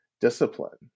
discipline